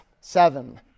seven